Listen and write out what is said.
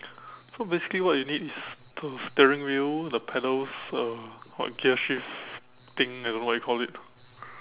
so basically what you need is the steering wheel the pedals uh what gear shift thing I don't know what you call it